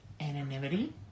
anonymity